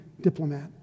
diplomat